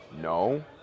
No